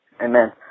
Amen